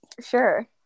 sure